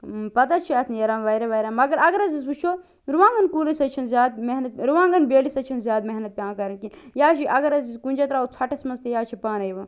پتہٕ حظ چھِ اتھ نیران واریاہ واریاہ مگر اگر حظ أسۍ وُچھو رُوانٛگن کُلِس حظ چھَنہٕ زیادٕ محنت رُوانٛگن بیٚٲلِس حظ چھَنہٕ زیادٕ محنت پیٚوان کَرٕنۍ کیٚنٛہہ یہِ حظ چھُ اگر حظ کُنہِ جٲے ترٛاوو ژھۄٹَس منٛز تہٕ یہِ حظ چھُ پانٔے یِوان